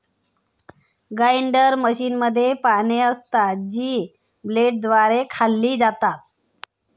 grinder मशीनमध्ये पाने असतात, जी ब्लेडद्वारे खाल्ली जातात